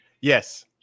Yes